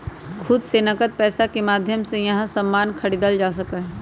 खुद से नकद पैसा के माध्यम से यहां सामान खरीदल जा सका हई